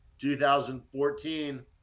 2014